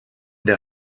der